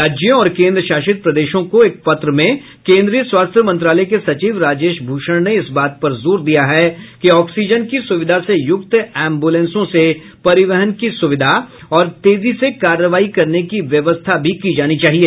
राज्यों और केन्द्र शासित प्रदेशों को एक पत्र में केन्द्रीय स्वास्थ्य मंत्रालय के सचिव राजेश भूषण ने इस बात पर जोर दिया है कि आक्सीजन की सुविधा से युक्त एम्बुलेंसों से परिवहन की सुविधा और तेजी से कार्रवाई करने की व्यवस्था भी की जानी चाहिए